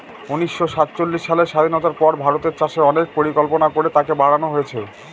উনিশশো সাতচল্লিশ সালের স্বাধীনতার পর ভারতের চাষে অনেক পরিকল্পনা করে তাকে বাড়নো হয়েছে